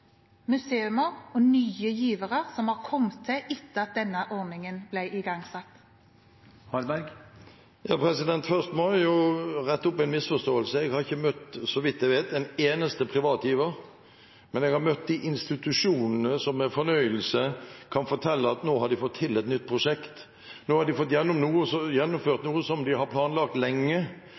og nye givere som har kommet til etter at denne ordningen ble igangsatt? Først må jeg rette opp en misforståelse. Jeg har ikke møtt, så vidt jeg vet, en eneste privat giver, men jeg har møtt de institusjonene som med fornøyelse kan fortelle at nå har de fått til et nytt prosjekt, nå har de fått gjennomført noe som de har planlagt lenge.